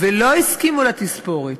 ולא הסכימו לתספורת.